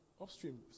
Upstream